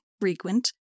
frequent